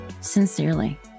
Sincerely